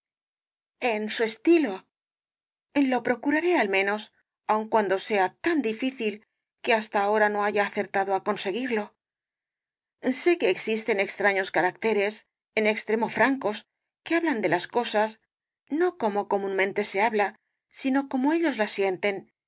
en su estilo lo procuraré al menos aun cuando sea tan difícil que hasta ahora no haya acertado á conseguirlo sé que existen extraños caracteres en extremo francos que hablan de las cosas no como comúnmente se habla sino como ellos las sienten